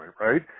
right